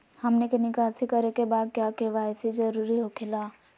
हमनी के निकासी करे के बा क्या के.वाई.सी जरूरी हो खेला?